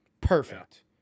Perfect